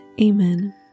Amen